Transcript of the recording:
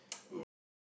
yes